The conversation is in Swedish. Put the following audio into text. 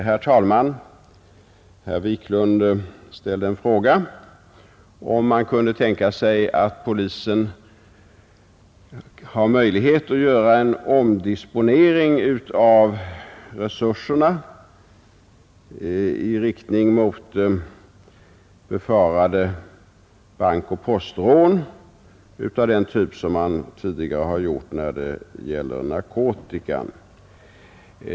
Herr talman! Herr Wiklund i Stockholm frågade om polisen har möjlighet att göra en omdisponering av resurserna och inrikta dem mot befarade bankoch postrån såsom man tidigare har gjort när det gällt narkotikan.